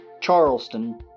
Charleston